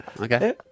okay